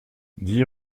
dix